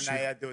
גם בנושא ניידות,